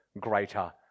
greater